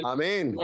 Amen